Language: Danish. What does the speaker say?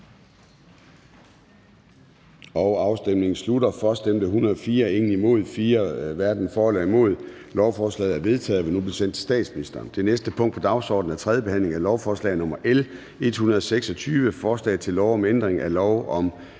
stemte 0, hverken for eller imod stemte 0. Lovforslaget er vedtaget og vil nu blive sendt til statsministeren. --- Det næste punkt på dagsordenen er: 16) 3. behandling af lovforslag nr. L 111: Forslag til lov om ændring af lov om